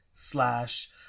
slash